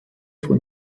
von